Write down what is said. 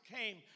came